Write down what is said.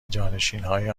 جانشینانهای